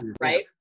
right